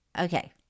Okay